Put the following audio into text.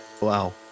wow